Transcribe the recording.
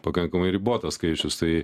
pakankamai ribotas skaičius tai